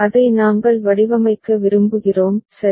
அதை நாங்கள் வடிவமைக்க விரும்புகிறோம் சரி